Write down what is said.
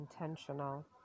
intentional